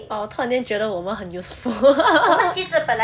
哦我突然间觉得我们很 useful